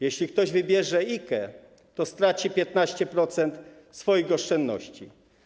Jeśli ktoś wybierze IKE, straci 15% swoich oszczędności.